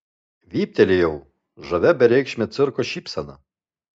vyptelėjau žavia bereikšme cirko šypsena